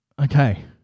Okay